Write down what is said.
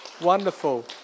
Wonderful